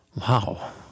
wow